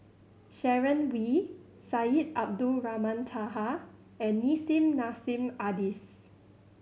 Sharon Wee Syed Abdulrahman Taha and Nissim Nassim Adis